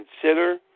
consider